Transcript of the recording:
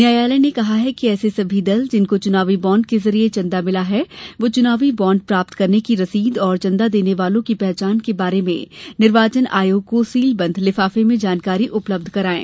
न्यायालय ने कहा है कि ऐसे सभी दल जिनको चुनावी बॉन्ड के जरिए चंदा मिला है वो च्नावी बाँड प्राप्त करने की रसीद और चंदा देने वालों की पहचान के बारे में निर्वाचन आयोग को सीलबंद लिफाफे में जानकारी उपलब्ध कराएं